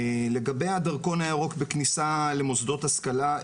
לגבי הדרכון הירוק בכניסה למוסדות השכלה,